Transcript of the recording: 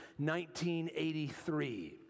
1983